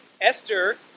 Esther